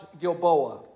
Gilboa